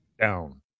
Down